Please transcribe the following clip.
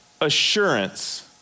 assurance